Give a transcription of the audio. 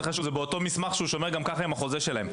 זה באותו מסמך שהוא שומר גם ככה עם החוזה שלהם.